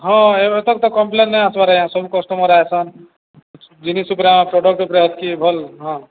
ହଁ ଏବେ ତକ୍ ତ କମ୍ପ୍ଲେନ ନାଇଁ ଆସିବ ଏ ସବ କଷ୍ଟମର ଆଇସନ୍ ଜିନିଷ୍ ଉପରେ ପ୍ରଡ଼କ୍ଟ ଉପରେ ଅ କି ଭଲ୍ ହଁ